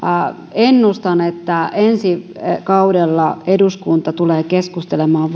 ennustan että ensi kaudella eduskunta tulee keskustelemaan